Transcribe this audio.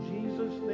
Jesus